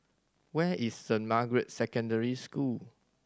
where is Saint Margaret's Secondary School